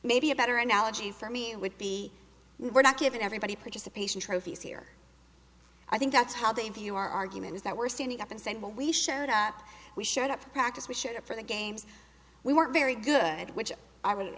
maybe a better analogy for me would be we're not giving everybody participation trophies here i think that's how they view our argument is that we're standing up and saying well we showed up we showed up at practice we shut up for the games we weren't very good which i would